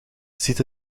ziet